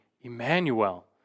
Emmanuel